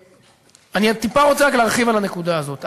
אני רוצה רק טיפה להרחיב בנקודה הזאת: